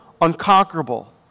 unconquerable